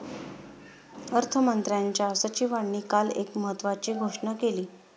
अर्थमंत्र्यांच्या सचिवांनी काल एक महत्त्वाची घोषणा केली